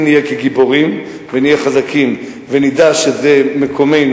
אם נהיה כגיבורים ונהיה חזקים ונדע שזה מקומנו